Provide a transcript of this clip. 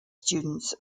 students